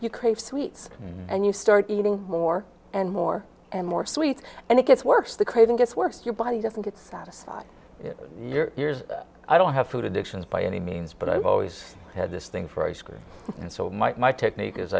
you crave sweets and you start eating more and more and more sweets and it gets worse the craving gets worse your body doesn't get satisfied your i don't have food addictions by any means but i've always had this thing for ice cream and so my technique is